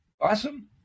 Awesome